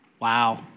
Wow